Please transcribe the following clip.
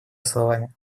словами